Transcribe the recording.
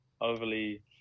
overly